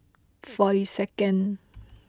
forty second